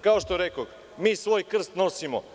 Kao što rekoh, mi svoj krst nosimo.